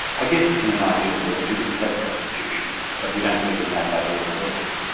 i guess in an ideal world you wouldn't have prostitution, but we don't live in that ideal world.